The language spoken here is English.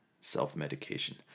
self-medication